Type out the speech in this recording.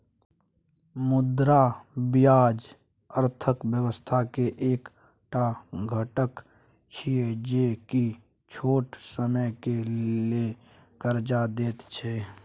मुद्रा बाजार अर्थक व्यवस्था के एक टा घटक छिये जे की छोट समय के लेल कर्जा देत छै